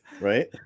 Right